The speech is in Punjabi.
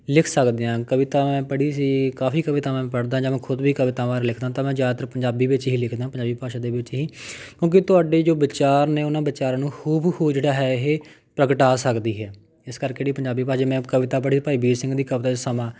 ਲਿਖ ਸਕਦੇ ਹਾਂ ਕਵਿਤਾ ਮੈਂ ਪੜ੍ਹੀ ਸੀ ਕਾਫੀ ਕਵਿਤਾਵਾਂ ਮੈਂ ਪੜ੍ਹਦਾ ਜਾਂ ਮੈਂ ਖੁਦ ਵੀ ਕਵਿਤਾਵਾਂ ਲਿਖਦਾ ਤਾਂ ਮੈਂ ਜ਼ਿਆਦਾਤਰ ਪੰਜਾਬੀ ਵਿੱਚ ਹੀ ਲਿਖਦਾ ਪੰਜਾਬੀ ਭਾਸ਼ਾ ਦੇ ਵਿੱਚ ਹੀ ਕਿਉਂਕਿ ਤੁਹਾਡੇ ਜੋ ਵਿਚਾਰ ਨੇ ਉਹਨਾਂ ਵਿਚਾਰਾਂ ਨੂੰ ਹੂ ਬ ਹੂ ਜਿਹੜਾ ਹੈ ਇਹ ਪ੍ਰਗਟਾ ਸਕਦੀ ਹੈ ਇਸ ਕਰਕੇ ਜਿਹੜੀ ਪੰਜਾਬੀ ਭਾਸ਼ਾ ਮੈਂ ਕਵਿਤਾ ਪੜ੍ਹੀ ਭਾਈ ਵੀਰ ਸਿੰਘ ਦੀ ਕਵਿਤਾ ਸੀ ਸਮਾਂ